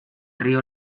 río